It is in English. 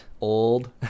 old